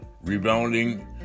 rebounding